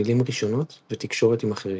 מילים ראשונות ותקשורת עם אחרים.